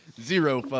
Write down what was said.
Zero